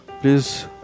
please